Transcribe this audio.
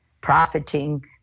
profiting